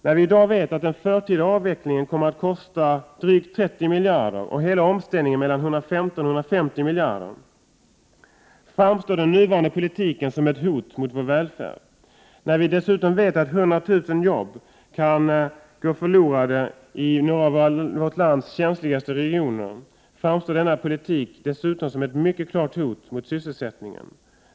När vi i dag vet att den förtida avvecklingen kommer att kosta drygt 30 miljarder och hela omställningen mellan 115 och 150 miljarder, framstår den nuvarande politiken som ett hot mot vår välfärd. När vi dessutom vet att 100 000 jobb kan gå förlorade i några av vårt lands känsligaste regioner, framstår denna politik dessutom som ett mycket klart hot mot sysselsättningen.